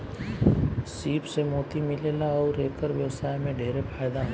सीप से मोती मिलेला अउर एकर व्यवसाय में ढेरे फायदा होला